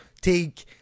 take